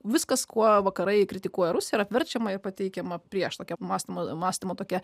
viskas kuo vakarai kritikuoja rusiją yra apverčiama ir pateikiama prieš tokia mąstymo mąstymo tokia